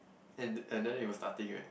and and then it was starting eh